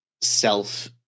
self